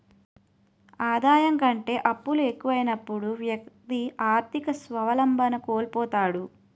ఆదాయం కంటే అప్పులు ఎక్కువైనప్పుడు వ్యక్తి ఆర్థిక స్వావలంబన కోల్పోతాడు